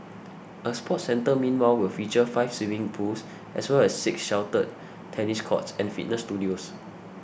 a sports centre meanwhile will feature five swimming pools as well as six sheltered tennis courts and fitness studios